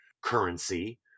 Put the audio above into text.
currency